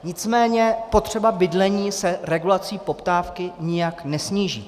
Nicméně potřeba bydlení se regulací poptávky nijak nesníží.